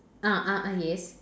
ah ah ah yes